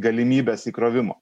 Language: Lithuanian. galimybes įkrovimo